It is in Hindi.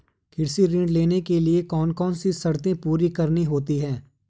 कृषि ऋण लेने के लिए कौन कौन सी शर्तें पूरी करनी होती हैं?